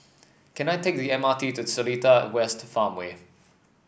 can I take the M R T to Seletar West Farmway